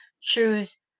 choose